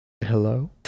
Hello